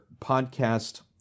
podcast